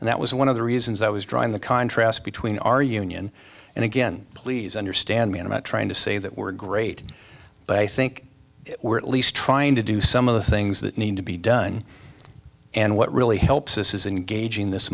and that was one of the reasons i was drawing the contrast between our union and again please understand me and not trying to say that we're great but i think we're at least trying to do some of the things that need to be done and what really helps us is engaging this